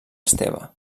esteve